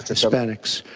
hispanics,